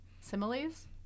Similes